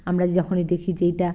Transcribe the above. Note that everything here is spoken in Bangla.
আমরা যখনই দেখি যেটা